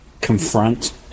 confront